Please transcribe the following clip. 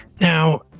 now